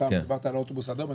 אתה דיברת על האוטובוס האדום,